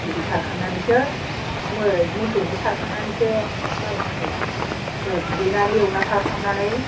बिदि सारखांनानैसो मोसौनो सारखांनानैसो मानसिया ओ दुगैनानै एवना सारखांनानै